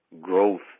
growth